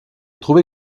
trouvé